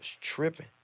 tripping